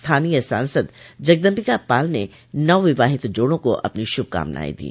स्थानीय सांसद जगदम्बिका पाल ने नव विवाहित जोड़ों को अपनी शुभकामनाएं दी